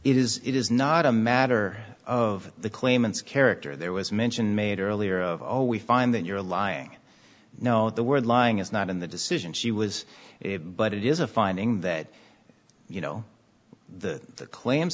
is it is not a matter of the claimants character there was mention made earlier of all we find that you're lying no the word lying is not in the decision she was but it is a finding that you know the claims